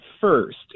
first